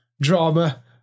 drama